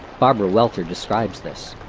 barbara welter describes this